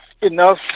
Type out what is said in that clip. enough